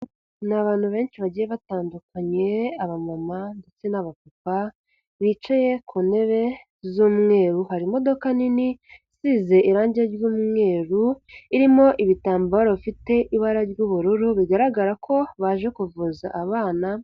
Ni abantu benshi bagiye batandukanye abamama ndetse n'abapapa, bicaye ku ntebe z'umweru, hari imodoka nini isize irangi ry'umweru, irimo ibitambaro bifite ibara ry'ubururu bigaragara ko baje kuvuza abana.